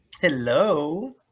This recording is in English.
Hello